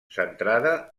centrada